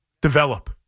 develop